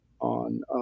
on